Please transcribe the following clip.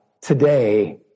Today